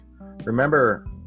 Remember